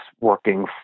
working